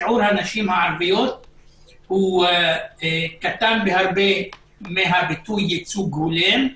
שיעור הנשים הערביות קטן בהרבה מהביטוי "ייצוג הולם".